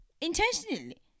intentionally